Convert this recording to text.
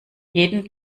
jeden